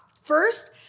First